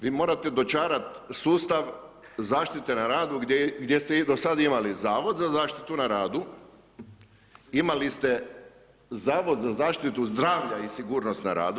Vi morate dočarati sustav zaštite na radu gdje ste i do sada imali Zavod za zaštitu na radu, imali ste Zavod za zaštitu zdravlja i sigurnost na radu.